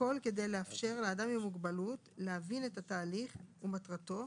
הכול כדי לאפשר לאדם עם מוגבלות להבין את התהליך ומטרתו,